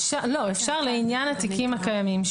אפשר לעניין התיקים הקיימים.